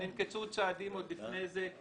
ננקטו צעדים עוד לפני זה.